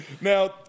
Now